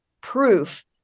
proof